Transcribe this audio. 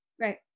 Right